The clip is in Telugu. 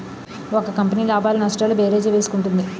ఒక కంపెనీ లాభాలు నష్టాలు భేరీజు వేసుకుంటుంది